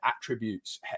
attributes